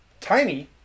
Tiny